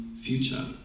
future